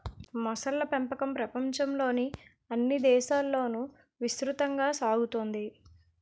మొసళ్ళ పెంపకం ప్రపంచంలోని అన్ని దేశాలలోనూ విస్తృతంగా సాగుతోంది